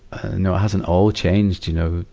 and know, it hasn't all changed, you know.